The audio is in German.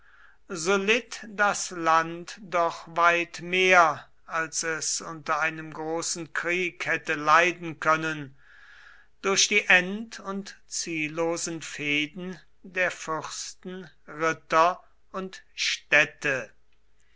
so litt das land doch weit mehr als es unter einem großen krieg hätte leiden können durch die end und ziellosen fehden der fürsten ritter und städte